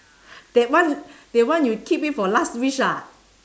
that one that one you keep it for last wish ah